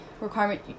requirement